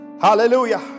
Hallelujah